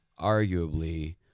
arguably